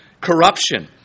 corruption